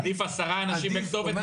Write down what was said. עדיף עשרה אנשים בכתובת,